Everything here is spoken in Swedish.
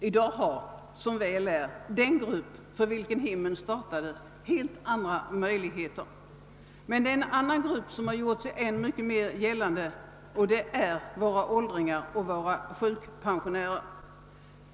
I dag har, som väl är, den grupp för vilken hemmen startades helt andra möjligheter än tidigare. Men en annan grupp har gjort sig gällande i allt högre grad, nämligen våra åldringar och sjukpensionärer.